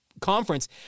conference